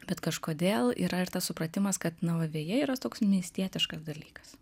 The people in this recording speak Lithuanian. bet kažkodėl yra ir tas supratimas kad na va veja yra toks miestietiškas dalykas